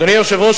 אדוני היושב-ראש,